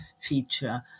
feature